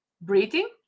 breathing